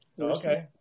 Okay